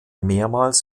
mehrmals